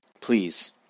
please